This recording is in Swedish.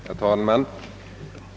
Herr talman!